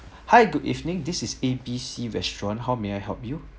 hi good evening this is A B C restaurant how may I help you